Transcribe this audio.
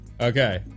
okay